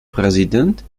präsident